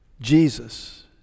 Jesus